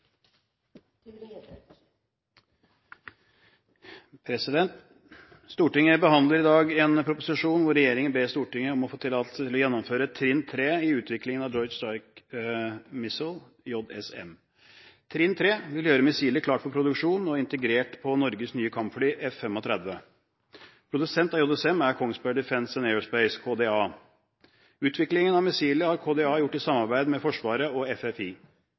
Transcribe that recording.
Strike Missile, JSM. Trinn 3 vil gjøre missilet klart for produksjon og integrert på Norges nye kampfly, F-35. Produsent av JSM er Kongsberg Defence & Aerospace, KDA. Utviklingen av missilet har KDA gjort i samarbeid med Forsvaret, Forsvarets forsvarsinstitutt, FFI,